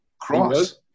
Cross